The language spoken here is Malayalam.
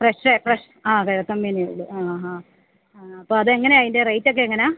ഫ്രെഷേ ഫ്രെഷ് ആ കിഴക്കന് മീനുകള് ആ ഹാ അപ്പോള് അതെങ്ങനെയാണ് അതിൻ്റെ റേറ്റൊക്കെ എങ്ങനെയാണ്